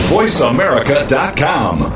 VoiceAmerica.com